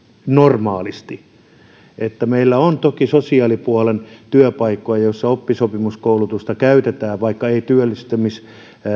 normaalisti meillä on toki sosiaalipuolen työpaikkoja joissa oppisopimuskoulutusta käytetään vaikka ei työllistymisestä